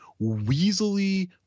weaselly